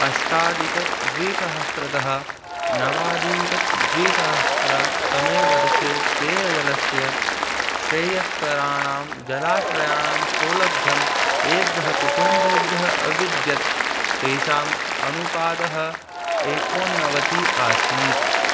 अष्टाधिकद्विसहस्रतः नवाधिकद्विसहस्रतमे वर्षे पेयजलस्य श्रेयस्तराणां जलाश्रयाणां सौलभ्यम् एभ्यः कुटुम्बेभ्यः अविद्यत् तेषाम् अनुपातः एकोननवतिः आसीत्